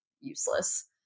useless